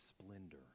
splendor